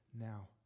now